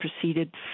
proceeded